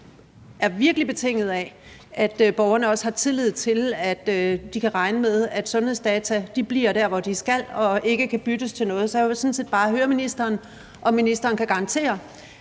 virkelig er betinget af, at borgerne har tillid til og kan regne med, at sundhedsdata bliver der, hvor de skal være, og ikke kan byttes til noget. Så jeg vil sådan set bare høre ministeren, om ministeren kan garantere,